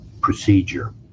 procedure